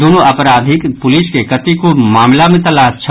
दूनू अपराधीक पुलिस के कतेको मामिला मे तलाश छल